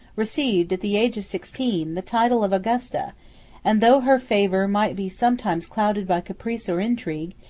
received, at the age of sixteen, the title of augusta and though her favor might be sometimes clouded by caprice or intrigue,